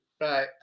Right